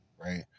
Right